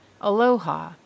aloha